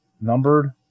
numbered